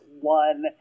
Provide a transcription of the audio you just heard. one